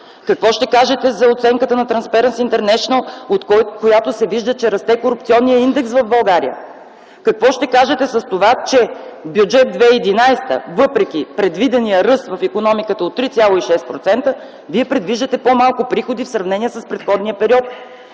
Какво ще кажете за оценката на „Transparency international”, от която се вижда, че расте корупционният индекс в България? Какво ще кажете за това, че в Бюджет 2011, въпреки предвидения ръст в икономиката от 3,6%, Вие предвиждате по-малко приходи в сравнение от предходния период?